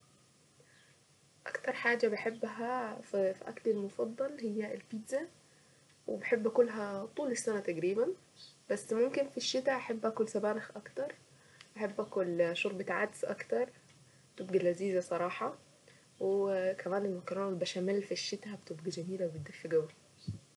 اكتر حاجة بحبها في اكلي المفضل هي البيتزا وبحب اكلها طول السنة تقريبا بس ممكن في الشتا احب اكل سبانخ اكتر بحب اكل شوربة عدس اكتر تبقي لذيذة صراحة، وكمان المكرونة والبشاميل في الشتا بتبقى جميلة وبتدفي قوي.